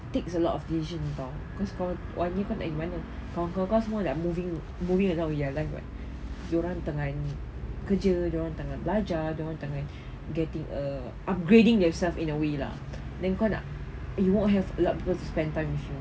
takes a lot of decision [tau] cause kau one year kau nak pergi mana kawan kau semua nak moving along with your life [what] dia orang tengah kerja dia orang tengah belajar dia orang tengah getting uh upgrading yourself in a way lah then kau nak you won't have a lot of people to spend time with you